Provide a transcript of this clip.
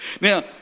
Now